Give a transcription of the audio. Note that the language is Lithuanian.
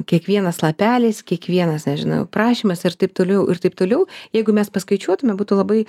kiekvienas lapelis kiekvienas nežinau prašymas ir taip toliau ir taip toliau jeigu mes paskaičiuotume būtų labai